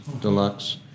deluxe